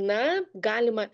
na galima